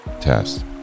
test